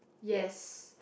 yes